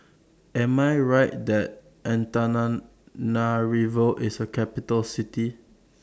Am I Right that Antananarivo IS A Capital City